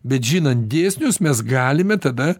bet žinant dėsnius mes galime tada